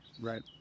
Right